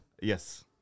Yes